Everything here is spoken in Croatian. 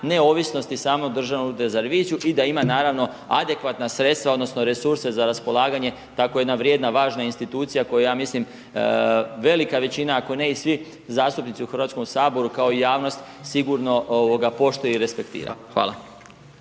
neovisnosti samog Državnog ureda za reviziju i da ima naravno adekvatna sredstva odnosno resurse za raspolaganje, tako jedna vrijedna, važna institucija koju ja mislim velika većina, ako ne i svi zastupnici u Hrvatskom saboru, kao i javnost sigurno poštuje i respektira. Hvala.